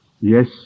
Yes